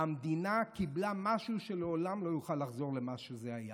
המדינה קיבלה משהו שלעולם לא נוכל לחזור ממנו למה שהיה: